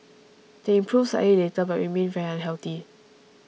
they improved slightly later but remained very unhealthy